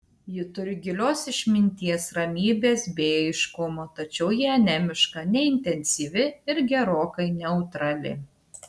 ji turi gilios išminties ramybės bei aiškumo tačiau ji anemiška neintensyvi ir gerokai neutrali